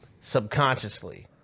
subconsciously